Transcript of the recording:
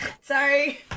Sorry